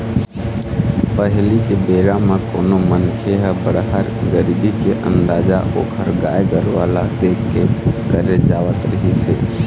पहिली के बेरा म कोनो मनखे के बड़हर, गरीब के अंदाजा ओखर गाय गरूवा ल देख के करे जावत रिहिस हे